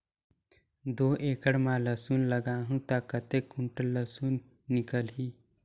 दो एकड़ मां लसुन लगाहूं ता कतेक कुंटल लसुन निकल ही?